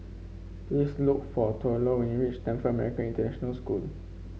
please look for Thurlow when you reach Stamford American International School